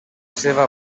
seva